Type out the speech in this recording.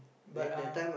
but uh